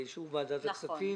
באישור ועדת הכספים,